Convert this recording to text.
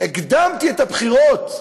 הקדמתי את הבחירות,